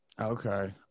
Okay